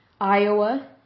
Iowa